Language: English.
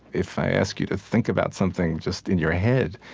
if i ask you to think about something just in your head,